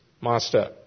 master